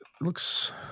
looks